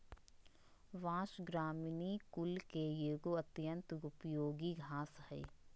बाँस, ग्रामिनीई कुल के एगो अत्यंत उपयोगी घास हइ